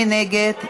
מי נגד?